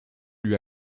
lui